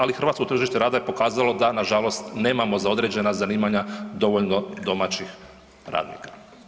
Ali, hrvatsko tržište rada je pokazalo da nažalost nemamo za određena zanimanja dovoljno domaćih radnika.